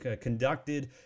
conducted